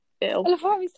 ill